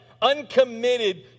uncommitted